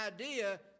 idea